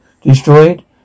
Destroyed